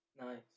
Nice